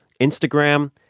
Instagram